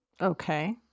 Okay